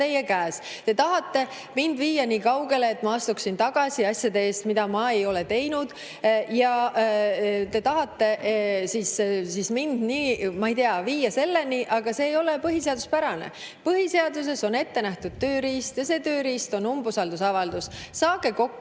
teie käes. Te tahate mind viia niikaugele, et ma astuksin tagasi asjade eest, mida ma ei ole teinud. Te tahate mind, ma ei tea, viia selleni, aga see ei ole põhiseaduspärane. Põhiseaduses on ette nähtud tööriist ja see tööriist on umbusaldusavaldus. Saage kokku